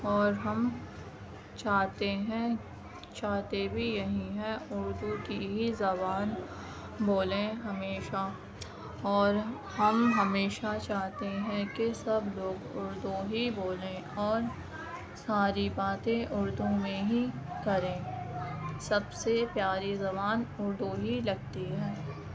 اور ہم چاہتے ہیں چاہتے بھی یہی ہیں اُردو کی ہی زبان بولیں ہمیشہ اور ہم ہمیشہ چاہتے ہیں کہ سب لوگ اُردو ہی بولیں اور ساری باتیں اُردو میں ہی کریں سب سے پیاری زبان اُردو ہی لگتی ہے